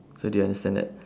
so do you understand that